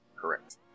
Correct